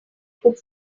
could